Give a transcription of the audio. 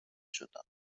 شدم